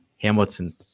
Hamilton